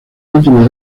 última